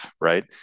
right